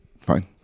Fine